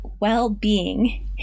well-being